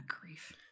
grief